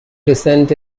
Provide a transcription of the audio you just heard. crescent